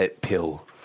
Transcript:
pill